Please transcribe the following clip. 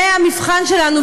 זה המבחן שלנו,